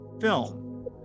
film